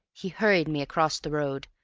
he hurried me across the road,